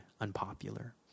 unpopular